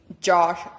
Josh